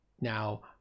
Now